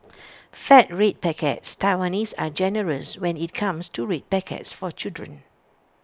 fat red packets Taiwanese are generous when IT comes to red packets for children